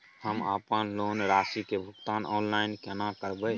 हम अपन लोन राशि के भुगतान ऑनलाइन केने करब?